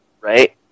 right